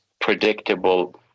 predictable